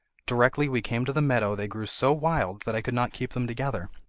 directly we came to the meadow they grew so wild that i could not keep them together.